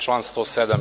Član 107.